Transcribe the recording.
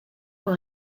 pour